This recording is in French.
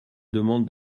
demande